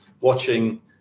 watching